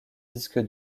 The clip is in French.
disque